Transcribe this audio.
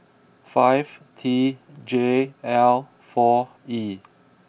five T J L four E